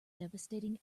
devastating